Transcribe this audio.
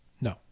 No